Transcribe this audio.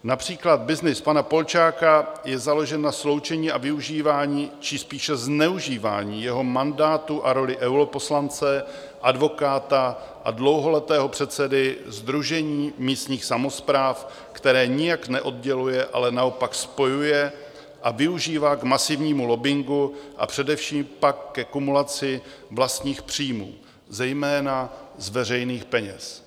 Například byznys pana Polčáka je založen na sloučení a využívání, či spíše zneužívání jeho mandátu a rolí europoslance, advokáta a dlouholetého předsedy Sdružení místních samospráv, které nijak neodděluje, ale naopak spojuje a využívá k masivnímu lobbingu a především pak ke kumulaci vlastních příjmů, zejména z veřejných peněz.